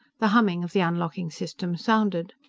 the humming of the unlocking-system sounded.